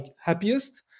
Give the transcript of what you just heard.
happiest